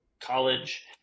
college